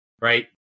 right